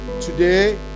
today